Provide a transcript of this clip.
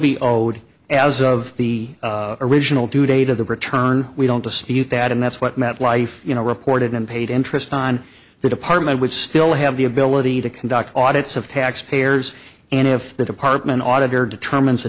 be owed as of the original due date of the return we don't dispute that and that's what met life you know reported unpaid interest on the department would still have the ability to conduct audits of tax payers and if the department auditor determines